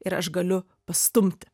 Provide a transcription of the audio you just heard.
ir aš galiu pastumti